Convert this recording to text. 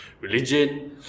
religion